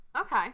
okay